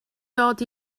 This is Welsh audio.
dod